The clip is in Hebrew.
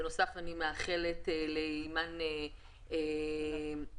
בנוסף, אני מאחלת לאימאן הצלחה.